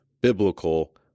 biblical